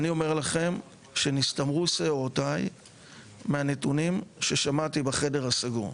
אני אומר לכם שנסתמרו שערותיי מהנתונים ששמעתי בחדר הסגור,